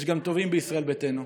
יש גם טובים בישראל ביתנו,